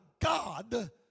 God